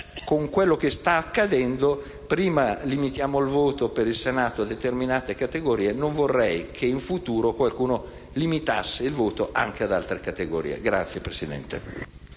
Con quello che sta accadendo, limitare il voto per il Senato a determinate categorie, non vorrei che in futuro qualcuno limitasse il voto anche ad altre categorie.